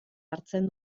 hartzen